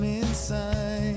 inside